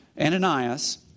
Ananias